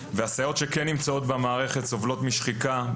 והסייעות שכן נמצאות במערכת סובלות משחיקה,